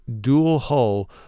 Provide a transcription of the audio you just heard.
dual-hull